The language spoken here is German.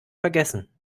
vergessen